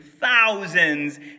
thousands